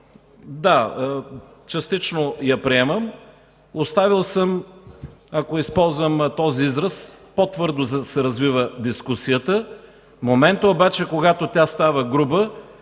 Да, частично я приемам. Оставил съм, ако използвам този израз – по-твърдо да се развива дискусията. Моментът обаче, когато тя стана груба,